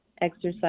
exercise